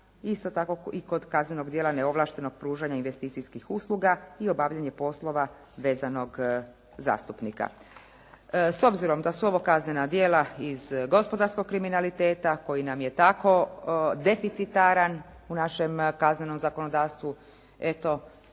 isto tako i kod kaznenog djela neovlaštenog pružanja investicijskih usluga i obavljanje poslova vezanog zastupnika. S obzirom da su ovo kaznena djela iz gospodarskog kriminaliteta koji nam je tako deficitaran u našem kaznenom zakonodavstvu